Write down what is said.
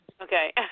Okay